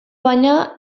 baina